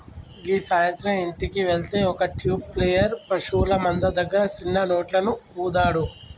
గీ సాయంత్రం ఇంటికి వెళ్తే ఒక ట్యూబ్ ప్లేయర్ పశువుల మంద దగ్గర సిన్న నోట్లను ఊదాడు